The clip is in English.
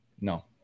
No